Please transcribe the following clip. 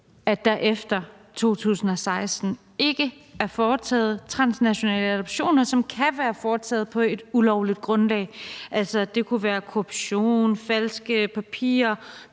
at der efter 2016 er foretaget transnationale adoptioner, som kan være foretaget på et ulovligt grundlag. Det kunne være korruption, falske papirer,